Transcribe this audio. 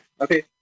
Okay